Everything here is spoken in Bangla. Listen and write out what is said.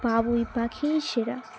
বাবুই পাখিই সেরা